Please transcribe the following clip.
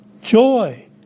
Joy